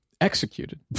executed